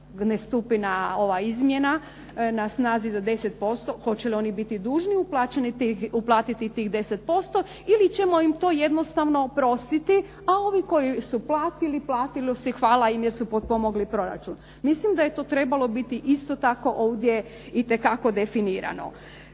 ne stupi ova izmjena, na snazi za 10%. Hoće li oni biti dužni uplatiti tih 10% ili ćemo im to jednostavno oprostiti? A ovi koji su platili, platili su. Hvala. Jer su potpomogli proračun. Mislim da je to trebalo biti isto tako ovdje itekako definirano.